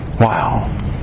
Wow